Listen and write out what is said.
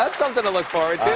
um something to look forward